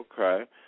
Okay